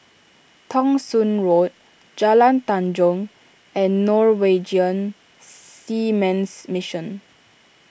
Thong Soon Road Jalan Tanjong and Norwegian Seamen's Mission